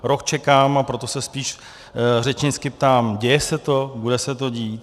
Rok čekám, a proto se spíš řečnicky ptám: děje se to, bude se to dít?